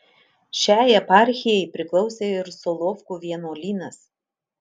šiai eparchijai priklausė ir solovkų vienuolynas